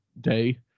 day